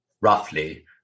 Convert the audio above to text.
roughly